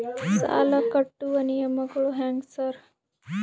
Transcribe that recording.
ಸಾಲ ಕಟ್ಟುವ ನಿಯಮಗಳು ಹ್ಯಾಂಗ್ ಸಾರ್?